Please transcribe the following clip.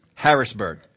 Harrisburg